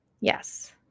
Yes